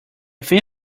thin